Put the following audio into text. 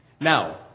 Now